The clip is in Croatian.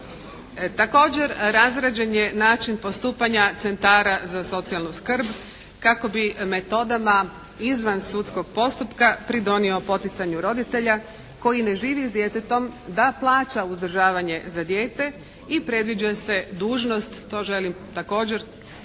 Također razrađen je način postupanja centara za socijalnu skrb kako bi metodama izvan sudskog postupka pridonio poticanju roditelja koji ne živi s djetetom da plaća uzdržavanje za dijete i predviđa se dužnost, to želim također